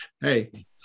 hey